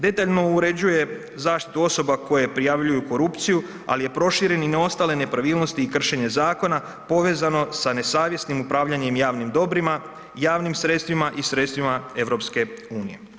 Detaljno uređuje zaštitu osoba koje prijavljuju korupciju, ali je proširen i na ostale nepravilnosti i kršenje zakona povezano sa nesavjesnim upravljanjem javnim dobrima, javnim sredstvima i sredstvima EU.